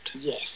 Yes